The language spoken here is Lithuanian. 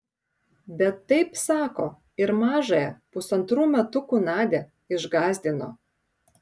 bet taip sako ir mažąją pusantrų metukų nadią išgąsdino